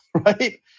right